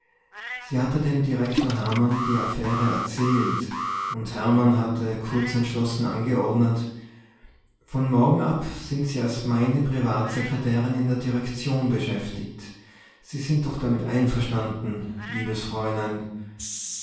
sie hatte dem direktor hermann die affäre erzählt und hermann hatte kurz entschlossen angeordnet von morgen ab sind sie als meine privatsekretärin in der direktion beschäftigt sie sind doch damit einverstanden liebes fräulein